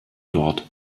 dort